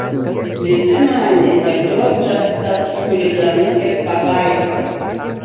visi manė kad džordžas taps chuliganu ir pabaisa